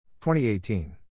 2018